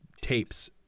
tapes